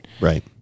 Right